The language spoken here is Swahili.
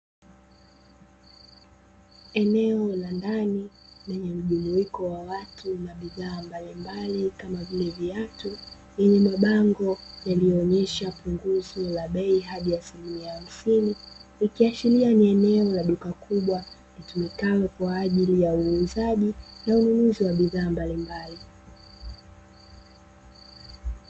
Eneo la ndani lenye mjumuiko wa watu na bidhaa mbalimbali kama vile, viatu lenye mabango yakionyesha punguzo la bei hadi asilimia therathini, ikiashiria kuwa ni eneo la duka kubwa linalotumika kwa ajili kuuza bidhaa za aina mbalimbali.